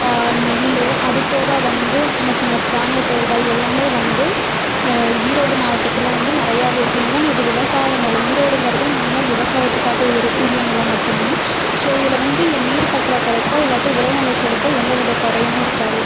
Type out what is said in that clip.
நெல் அதுபோக வந்து சின்ன சின்ன தானியப் பயிர்கள் எல்லாமே வந்து இந்த ஈரோடு மாவட்டத்தில் வந்து நிறையாவே இருக்குது ஈவென் இது விவசாய நிலம் ஈரோடுங்கிறதே மெய்னாக விவசாயத்துக்காகவும் உரிய நிலம் மட்டும்தான் ஸோ இதில் வந்து இங்கே நீர் பற்றாக்குறைக்கோ இல்லாட்டி விளை நிலச்சலுக்கோ எந்தவித குறையுமே இருக்காது